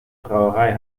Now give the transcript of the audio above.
brauerei